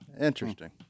Interesting